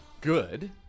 good